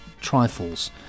trifles